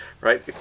Right